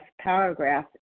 paragraph